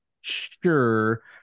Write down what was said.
sure